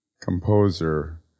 composer